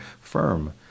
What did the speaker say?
firm